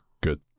good